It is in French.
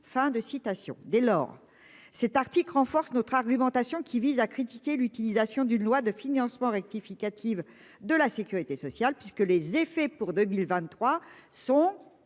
fin de citation. Dès lors cet tactiques renforce notre argumentation qui vise à critiquer l'utilisation d'une loi de financement rectificative de la Sécurité sociale, puisque les effets pour 2023 son